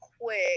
quick